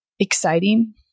exciting